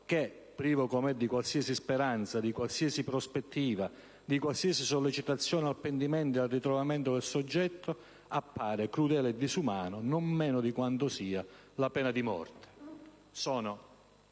che priva com'è di qualsiasi speranza, di qualsiasi prospettiva, di qualsiasi sollecitazione al pentimento e al ritrovamento del soggetto, appare crudele e disumana non meno di quanto sia la pena di morte. Non